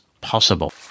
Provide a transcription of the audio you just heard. possible